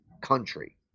country